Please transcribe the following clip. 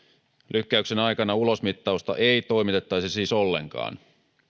lykkäyksen aikana ulosmittausta ei toimitettaisi siis ollenkaan